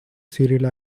serial